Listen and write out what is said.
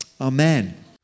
Amen